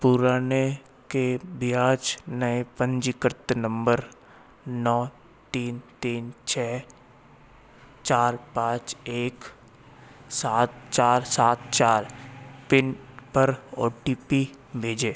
पुराने के बजाय नए पंजीकृत नंबर नौ तीन तीन छः चार पाँच एक सात चार सात चार पिन पर ओ टी पी भेजें